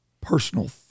personal